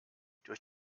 durch